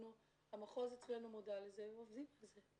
המחוז אצלנו מודע לזה ועובדים על זה.